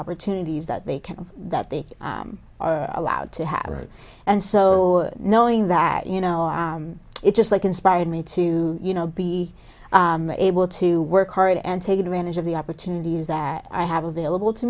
opportunities that they can that they are allowed to have and so knowing that you know it just like inspired me to you know be able to work hard and take advantage of the opportunities that i have available to